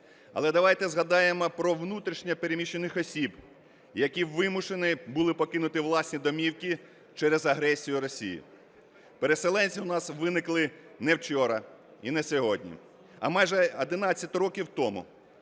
Але давайте згадаємо про внутрішньо переміщених осіб, які вимушені були покинути власні домівки через агресію Росії. Переселенці у нас виникли не вчора і не сьогодні, а майже 11 років тому.